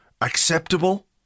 acceptable